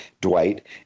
Dwight